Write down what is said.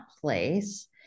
place